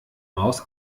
maus